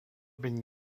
been